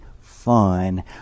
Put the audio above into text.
Fun